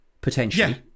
potentially